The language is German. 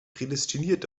prädestiniert